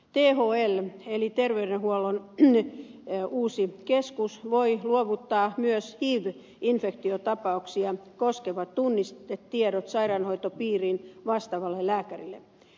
thl eli terveydenhuollon uusi keskus voi luovuttaa myös hiv infektiotapauksia koskevat tunnistetiedot sairaanhoitopiirin vastaavalle lääkärille